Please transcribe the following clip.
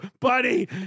buddy